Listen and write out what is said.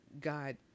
God